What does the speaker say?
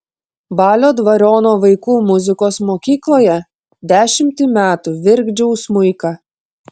balio dvariono vaikų muzikos mokykloje dešimtį metų virkdžiau smuiką